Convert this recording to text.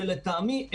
שלטעמי,